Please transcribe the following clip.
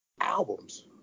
Albums